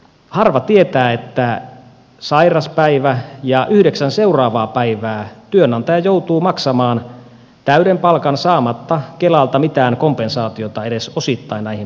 harva tietää että sairauspäivältä ja yhdeksältä seuraavalta päivältä työnantaja joutuu maksamaan täyden palkan saamatta kelalta mitään kompensaatiota edes osittain näihin palkkakuluihin